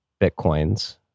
Bitcoins